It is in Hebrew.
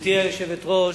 גברתי היושבת-ראש,